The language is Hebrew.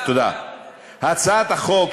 הגב, הגב.